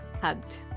hugged